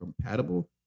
compatible